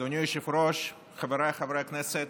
אדוני היושב-ראש, חבריי חברי הכנסת,